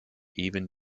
even